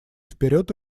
вперед